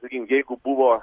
sakykim jeigu buvo